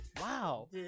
Wow